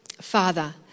Father